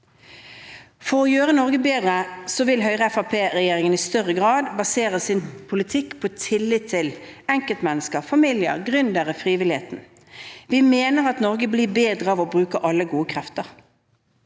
For å gjøre Norge bedre vil Høyre–Fremskrittspartiregjeringen i større grad basere sin politikk på tillit til enkeltmennesker, familier, gründere og frivilligheten. Vi mener at Norge blir bedre av å bruke alle gode krefter.